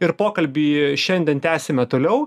ir pokalbį šiandien tęsiame toliau